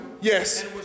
Yes